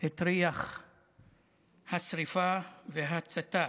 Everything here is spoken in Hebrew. את ריח השרפה וההצתה.